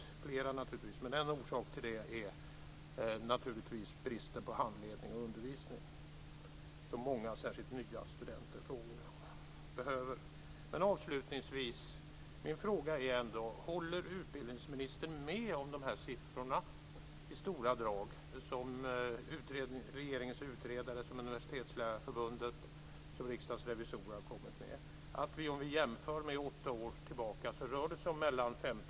Det är kopplat till att grundforskningen är det som också driver på kvaliteten i den högre utbildningen. Vi satsar på Vetenskapsrådet, som ju är grundforskningens högborg. Det blir en 30-procentig ökning av resurserna. När Folkpartiet vill dra ned en halv miljard på den så viktiga, konkurrensutsatta grundforskningen får det också konsekvenser för kvaliteten i grundutbildningen.